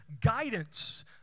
guidance